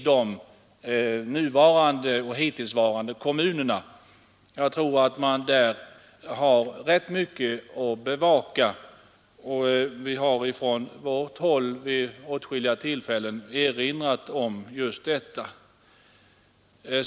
Där finns mycket att bevaka, och vi har från vårt håll vid åtskilliga tillfällen erinrat om just detta.